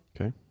Okay